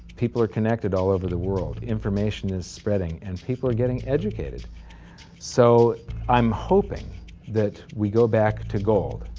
people are connected all over the world information is spreading and people are getting educated so i'm hoping that we go back to gold.